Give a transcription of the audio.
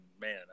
man